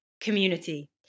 community